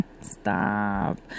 Stop